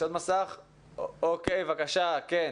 בבקשה, אדוני.